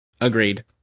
Agreed